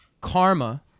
karma